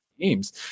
games